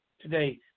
today